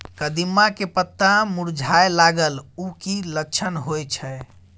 कदिम्मा के पत्ता मुरझाय लागल उ कि लक्षण होय छै?